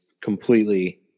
completely